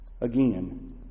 again